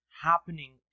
happening